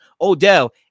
Odell